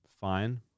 Fine